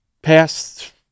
Past